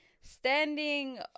standing